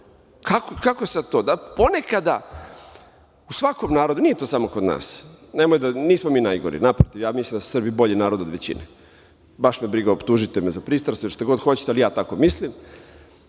Kako sada to? Ponekada u svakom narodu, nije to samo kod nas, nismo mi najgori, naprotiv, ja mislim da su Srbi bolji narod od većine, baš me briga, optužite me za pristrasnost, šta god hoćete, ali ja tako mislim,